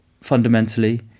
fundamentally